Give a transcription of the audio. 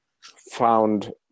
found